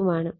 ഉം ആണ്